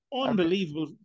Unbelievable